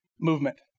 movement